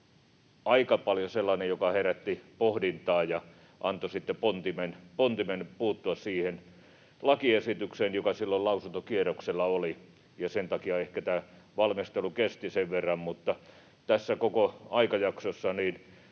aika paljon pohdintaa ja antoi sitten pontimen puuttua siihen lakiesitykseen, joka silloin lausuntokierroksella oli. Ehkä sen takia tämä valmistelu kesti, mutta tässä koko aikajaksossa